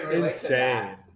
insane